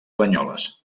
banyoles